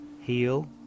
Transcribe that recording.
heal